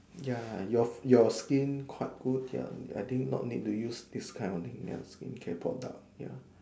ya your your skin quite good ya I think not need use this kind of thing ya skincare product ya